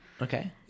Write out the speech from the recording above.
Okay